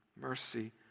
mercy